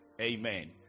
amen